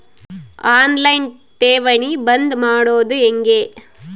On line ಠೇವಣಿ ಬಂದ್ ಮಾಡೋದು ಹೆಂಗೆ?